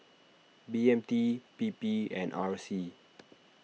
B M T P P and R C